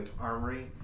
armory